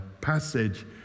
passage